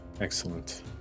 Excellent